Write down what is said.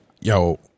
Yo